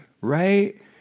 right